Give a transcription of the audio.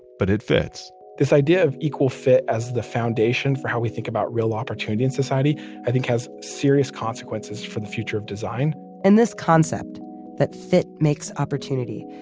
but it fits this idea of equal fit as the foundation for how we think about real opportunity in society i think has serious consequences for the future of design and this concept that fit makes opportunity,